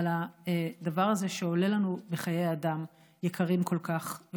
הדבר הזה עולה לנו בחיי אדם יקרים כל כך,